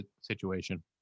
situation